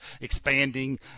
expanding